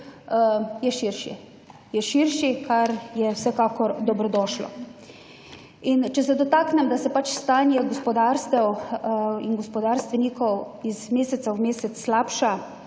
Je širši, kar je vsekakor dobrodošlo. In če se dotaknem, da se pač stanje gospodarstev in gospodarstvenikov iz meseca v mesec slabša,